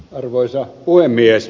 arvoisa puhemies